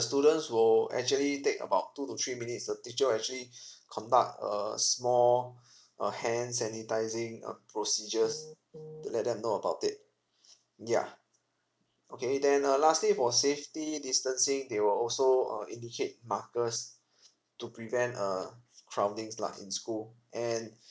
students will actually take about two to three minutes the teacher will actually conduct a small uh hand sanitising uh procedures to let them know about it ya okay then uh lastly for safety distancing they will also uh indicate markers to prevent uh crowding lah in school and